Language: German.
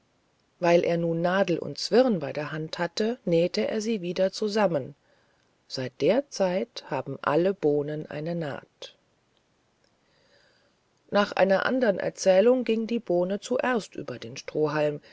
weil er nun nadel und zwirn bei der hand hatte nähte er sie wieder zusammen seit der zeit aber haben alle bohnen einen naht nach einer andern erzählung ging die bohne zuerst über den strohhalm